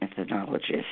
ethnologist